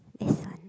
this one